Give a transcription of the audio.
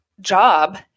job